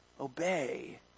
obey